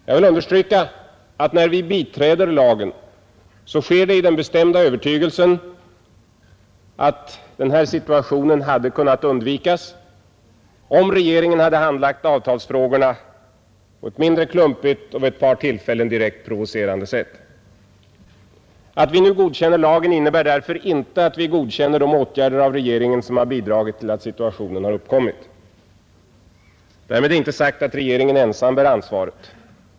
Jag vill understryka att när vi biträder lagen sker det i den bestämda övertygelsen att den här situationen hade kunnat undvikas, om regeringen inte handlagt avtalsfrågorna på ett så klumpigt och vid ett par tillfällen direkt provocerande sätt. Att vi nu godkänner lagen innebär därför inte att vi godkänner de åtgärder av regeringen som har bidragit till att situationen har uppkommit. Därmed är inte sagt att regeringen ensam bär ansvaret.